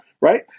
right